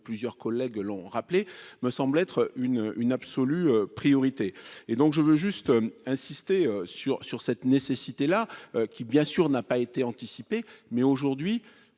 comme plusieurs collègues l'ont rappelé, me semble être une une absolue priorité et donc, je veux juste insister sur sur cette nécessité là qui bien sûr n'a pas été anticipé, mais aujourd'hui